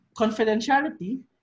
confidentiality